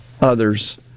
others